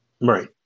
Right